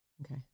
Okay